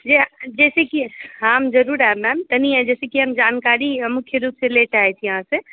जे जाहिसॅं कि हम जरूर आयब मैम कनी जाहिसॅं कि हम जानकारी मुख्य रूप सँ लए चाहै छी अहाँसॅं